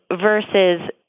versus